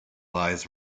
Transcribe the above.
lies